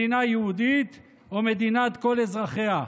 מדינה יהודית או מדינת כל אזרחיה.